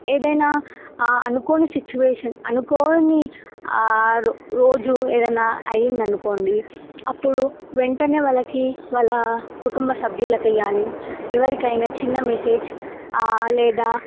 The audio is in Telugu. ఏదైనా అనుకోని సిచ్యువేషన్ అనుకోని రోజు ఏదైనా అయిందనుకోండి అప్పుడు వెంటనే వాళ్ళకి వాళ్ళ కుటుంబ సభ్యులకి గానీ ఎవరికైనా చిన్న మెసేజ్ లేదా